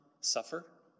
suffer